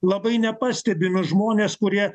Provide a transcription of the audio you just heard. labai nepastebimi žmonės kurie